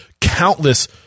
countless